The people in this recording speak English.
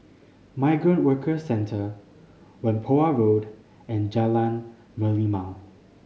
Migrant Workers Centre Whampoa Road and Jalan Merlimau